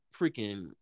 freaking